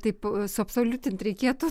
taip suabsoliutint reikėtų